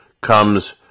comes